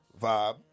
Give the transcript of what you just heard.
vibe